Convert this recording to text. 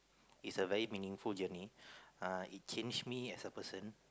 is a very meaningful journey uh it changed me as a person